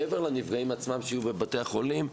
מעבר לנפגעים עצמם שיהיו בבתי החולים,